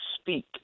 speak